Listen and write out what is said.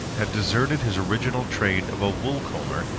had deserted his original trade of a woolcomber,